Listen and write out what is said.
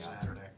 saturday